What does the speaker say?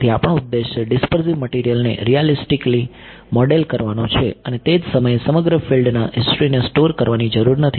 તેથી આપણો ઉદ્દેશ્ય ડીસ્પર્ઝીવ મટીરીયલને રીઆલીસ્ટીકલી મોડેલ કરવાનો છે અને તે જ સમયે સમગ્ર ફિલ્ડના હિસ્ટ્રીને સ્ટોર કરવાની જરૂર નથી